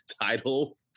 title